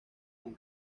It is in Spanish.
con